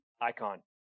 Icon